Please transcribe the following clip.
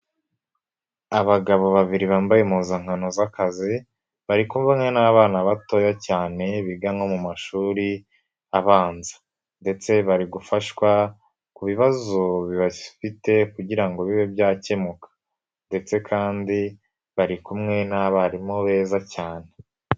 Abagabo babiri bambaye impuzankano z'akazi, bari kumwe n'abana batoya cyane biga no mu mashuri abanza ndetse bari gufashwa ku bibazo bafite kugira ngo bibe byakemuka ndetse kandi bari kumwe n'abarimu beza cyane.